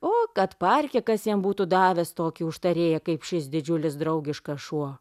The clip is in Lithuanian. o kad parke kas jam būtų davęs tokį užtarėją kaip šis didžiulis draugiškas šuo